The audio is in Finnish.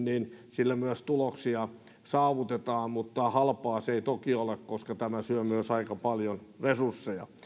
kiinni myös tuloksia saavutetaan mutta halpaa se ei toki ole koska tämä syö myös aika paljon resursseja